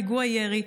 פיגוע ירי,